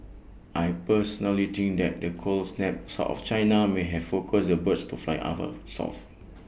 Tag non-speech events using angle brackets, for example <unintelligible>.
I personally think that the cold snap south of China may have focused the birds to fly <unintelligible> south